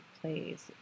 plays